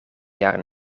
jaren